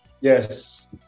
yes